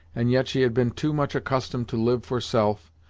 and yet she had been too much accustomed to live for self,